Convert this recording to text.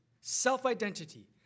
self-identity